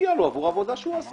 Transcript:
מגיע לו עבור העבודה שהוא עשה